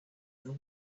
know